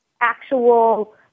actual